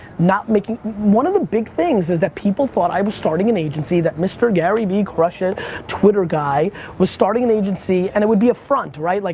not making one of the big things is that people thought i was starting an agency, that mr. gary vee crush it twitter guy was starting an agency and it would be a front, right? like